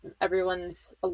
everyone's